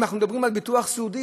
אם אנחנו מדברים על ביטוח סיעודי,